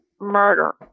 murder